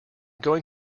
going